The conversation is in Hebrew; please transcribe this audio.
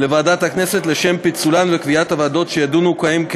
לוועדת הכנסת לשם פיצולן וקביעת הוועדות שידונו בהן,